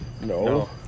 No